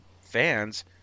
fans